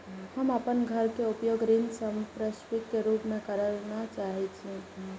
हम अपन घर के उपयोग ऋण संपार्श्विक के रूप में करल चाहि छी